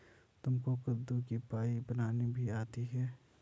तुमको कद्दू की पाई बनानी भी आती है?